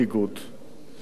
אדוני ראש הממשלה,